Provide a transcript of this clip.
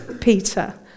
Peter